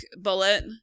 bullet